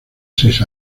seis